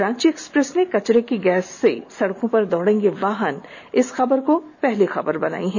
Ranchi Express ने कचरे की गैस से सड़कों पर दौड़ेंगे वाहन की खबर को अपनी पहली खबर बनाई है